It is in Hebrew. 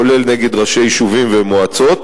כולל נגד ראשי יישובים ומועצות,